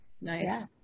nice